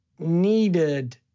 needed